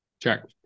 Check